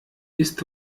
ist